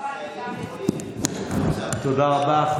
תודה רבה.